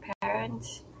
parents